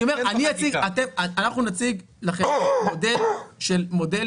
אני אומר שאנחנו נציג לכם מודל שהוא מודל